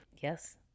Yes